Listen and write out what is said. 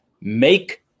make